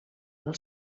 del